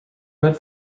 red